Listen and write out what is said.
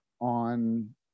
on